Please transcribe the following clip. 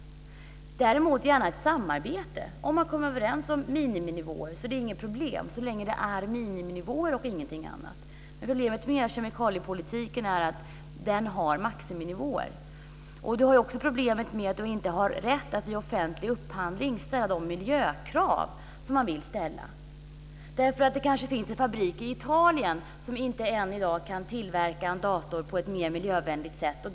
Däremot vill vi gärna ha ett samarbete. Om man kommer överens om miniminivåer är det inget problem så länge det är miniminivåer och ingenting annat. Problemet med kemikaliepolitiken är att den har maximinivåer. Dessutom har man inte rätt att i offentlig upphandling ställa de miljökrav som man vill ställa. Det finns kanske en fabrik i Italien som i dag fortfarande inte kan tillverka en dator på ett mer miljövänligt sätt.